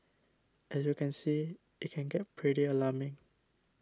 as you can see it can get pretty alarming